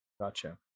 Gotcha